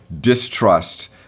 distrust